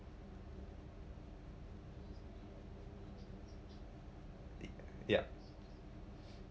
yup